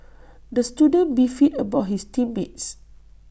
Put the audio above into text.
the student beefed about his team mates